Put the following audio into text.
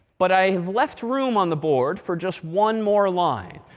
but i left room on the board for just one more line.